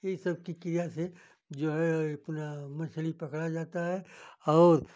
यही सबकी किया से जो है अपना मछली पकड़ा जाता है और